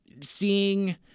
seeing